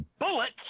bullets